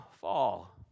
fall